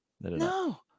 No